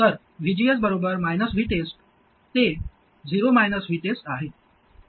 तर VGS बरोबर VTEST ते 0 VTEST आहे